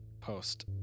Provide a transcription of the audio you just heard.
post